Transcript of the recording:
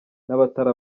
n’abatari